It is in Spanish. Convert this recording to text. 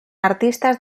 artistas